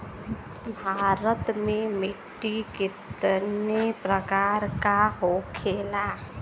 भारत में मिट्टी कितने प्रकार का होखे ला?